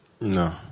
No